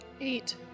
Eight